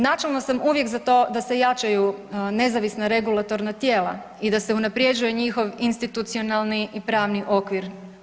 Načelno sam uvijek za to da se jačaju nezavisna regulatorna tijela i da se unaprjeđuje njihov institucionalni i pravni okvir.